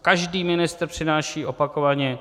Každý ministr přináší opakovaně...